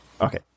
Okay